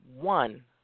one